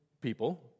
people